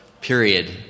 period